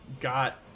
got